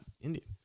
Indian